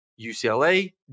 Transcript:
UCLA